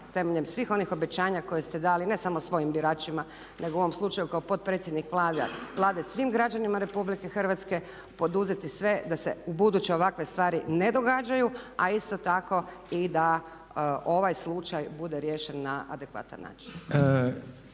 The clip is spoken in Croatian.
temeljem svih onih obećanja koje ste dali ne samo svojim biračima nego u ovom slučaju kao potpredsjednik svim građanima RH poduzeti sve da se ubuduće ovakve stvari ne događaju a isto tako i da ovaj slučaj bude riješen na adekvatan način.